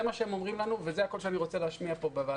זה מה שהם אומרים לנו וזה הקול שאני מביא לכאן.